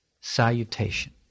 salutation